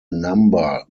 number